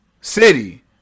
city